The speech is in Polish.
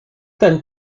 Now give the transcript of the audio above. ten